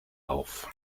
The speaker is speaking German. auf